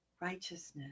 righteousness